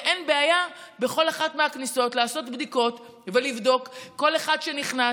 ואין בעיה בכל אחת מהכניסות לעשות בדיקות ולבדוק כל אחד שנכנס,